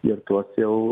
ir tuos jau